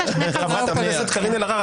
חברת הכנסת קארין אלהרר.